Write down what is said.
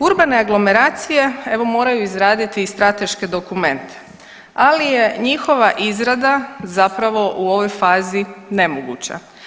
Urbana aglomeracija, evo, moraju izraditi i strateške dokumente, ali je njihova izrada zapravo u ovoj fazi nemoguća.